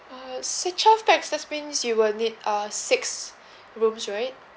uh so twelve pax that's mean you'll need uh six rooms right